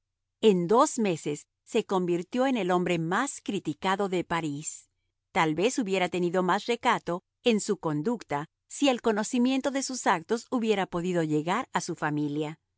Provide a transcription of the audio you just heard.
en dos meses se convirtió en el hombre más criticado de parís tal vez hubiera tenido más recato en su conducta si el conocimiento de sus actos hubiera podido llegar a su familia